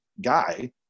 guy